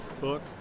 book